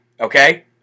Okay